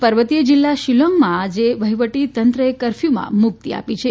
પર્વતીય જિલ્લા શિલાંગમાં આજે વહીવટીતંત્રે કરફ્યુમાં મુક્તિ આપી છે